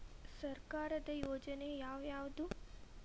ಸರ್ಕಾರದ ಯೋಜನೆ ಯಾವ್ ಯಾವ್ದ್?